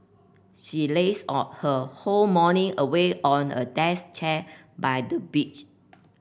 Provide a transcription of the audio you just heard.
she lazed out her whole morning away on a desk chair by the beach